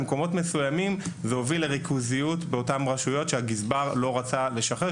באותן הרשויות שבהן הגזבר לא רצה לשחרר,